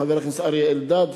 חבר הכנסת אריה אלדד,